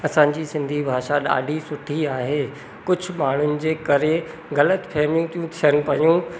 असांजी सिंधी भाषा ॾाढी सुठी आहे कुझु माण्हुनि जे करे ग़लति फ़हमियूं थियूं थियनि पियूं की